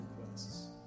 requests